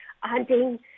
hunting